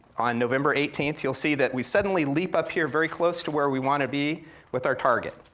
on november eighteenth, you'll see that we suddenly leap up here, very close to where we want to be with our target.